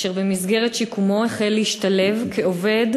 אשר במסגרת שיקומו החל להשתלב כעובד